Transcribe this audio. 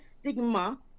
stigma